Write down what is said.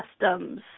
customs